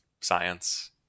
science